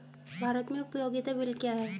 भारत में उपयोगिता बिल क्या हैं?